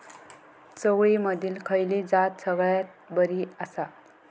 चवळीमधली खयली जात सगळ्यात बरी आसा?